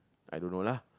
I don't know lah